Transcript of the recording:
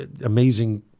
amazing